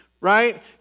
right